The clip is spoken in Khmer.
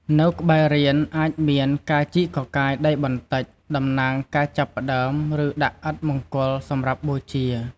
នៅក្បែររាន អាចមាន ការជីកកកាយដីបន្តិច តំណាងការចាប់ផ្ដើម ឬដាក់ឥដ្ឋមង្គលសម្រាប់បូជា។